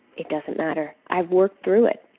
it doesn't matter, i've worked through it.